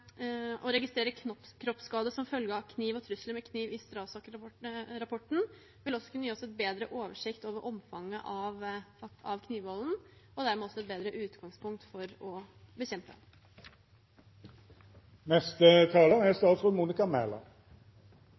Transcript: å registrere kroppsskade som følge av kniv og trusler med kniv i STRASAK-rapporten, vil også kunne gi oss en bedre oversikt over omfanget av knivvolden og dermed også et bedre utgangspunkt for bekjempelse. La meg innledningsvis få si at jeg deler forslagsstillernes engasjement for å